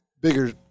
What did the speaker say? bigger